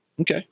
Okay